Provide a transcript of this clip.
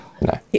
No